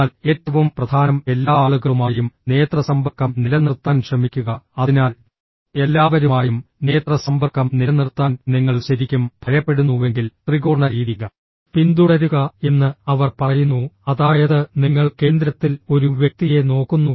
എന്നാൽ ഏറ്റവും പ്രധാനം എല്ലാ ആളുകളുമായും നേത്ര സമ്പർക്കം നിലനിർത്താൻ ശ്രമിക്കുക അതിനാൽ എല്ലാവരുമായും നേത്ര സമ്പർക്കം നിലനിർത്താൻ നിങ്ങൾ ശരിക്കും ഭയപ്പെടുന്നുവെങ്കിൽ ത്രികോണ രീതി പിന്തുടരുക എന്ന് അവർ പറയുന്നു അതായത് നിങ്ങൾ കേന്ദ്രത്തിൽ ഒരു വ്യക്തിയെ നോക്കുന്നു